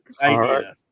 idea